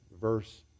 verse